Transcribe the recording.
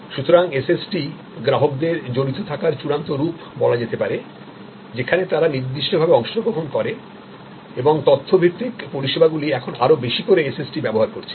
সুতরাং SST গ্রাহকদের জড়িত থাকার চূড়ান্ত রূপ বলা যেতে পারে যেখানে তারা নির্দিষ্ট ভাবে অংশগ্রহণ করে এবং তথ্য ভিত্তিক পরিষেবাগুলি এখন আরও বেশি করে এসএসটি ব্যবহার করছে